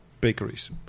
bakeries